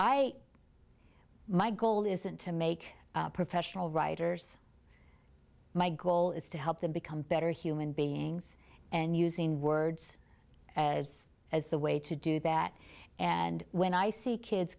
i my goal isn't to make professional writers my goal is to help them become better human beings and using words as the way to do that and when i see kids